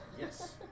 Yes